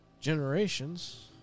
generations